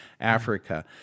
Africa